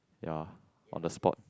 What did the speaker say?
ya on the spot